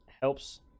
helps